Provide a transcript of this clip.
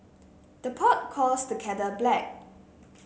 the pot calls the kettle black